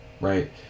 Right